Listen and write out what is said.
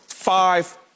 Five